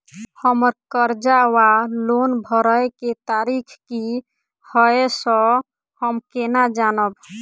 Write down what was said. हम्मर कर्जा वा लोन भरय केँ तारीख की हय सँ हम केना जानब?